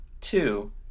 two